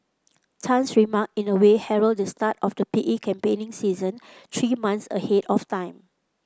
tan's remark in a way herald the start of the P E campaigning season three months ahead of time